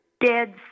dead